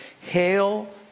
hail